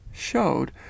showed